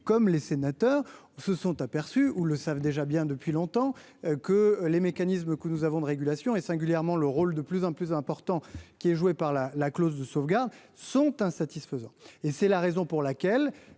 comme les sénateurs se sont aperçus ou le savent, déjà bien depuis longtemps que les mécanismes que nous avons de régulation, et singulièrement le rôle de plus en plus important qui est joué par la la clause de sauvegarde sont insatisfaisants et c'est la raison pour laquelle